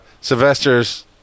Sylvester's